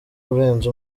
urenze